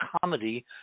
comedy